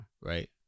right